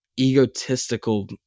egotistical